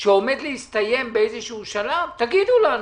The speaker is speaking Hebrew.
שעומד להסתיים באיזשהו שלב תגידו לנו.